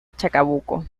chacabuco